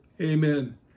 Amen